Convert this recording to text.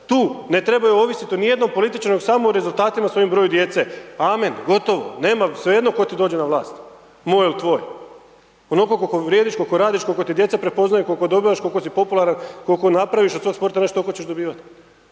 Tu ne trebaju ovisiti o niti jednom političaru nego samo o rezultatima svojem broju djece. Amen, gotovo, nema, svejedno tko ti dođe na vlast, moj ili tvoj. Onoliko koliko vrijediš, koliko radiš, koliko ti djecu prepoznaju, koliko dobivaš, koliko si popularan, koliko napraviš od svog sporta, znaš toliko ćeš dobivati.